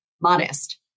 modest